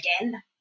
again